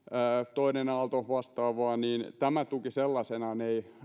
toinen aalto tai vastaavaa niin tämä tuki sellaisenaan ei